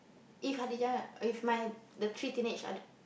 if Khadijah if my the three teenage are the